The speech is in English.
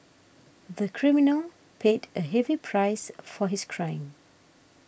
the criminal paid a heavy price for his crime